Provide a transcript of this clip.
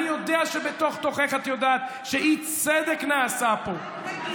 אני יודע שבתוך-תוכך את יודעת שאי-צדק נעשה פה,